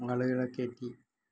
ആളുകളെ കയറ്റി